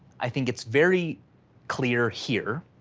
i think it's very clear here.